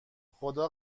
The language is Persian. خدا